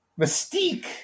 Mystique